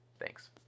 Thanks